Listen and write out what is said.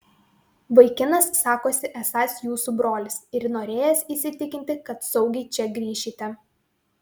vaikinas sakosi esąs jūsų brolis ir norėjęs įsitikinti kad saugiai čia grįšite